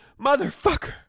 Motherfucker